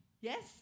Yes